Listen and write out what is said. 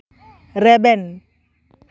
ᱨᱮᱵᱮᱱ